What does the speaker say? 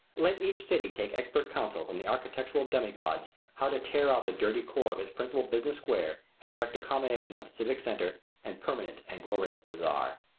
let each city take expert counsel from the architectural demigods how to tear out the dirty core of its principal business square and erect a combination of civic centre and permanent and glorious bazaar.